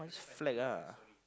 just flag ah